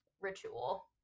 ritual